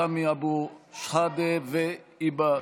סמי אבו שחאדה והיבה יזבק.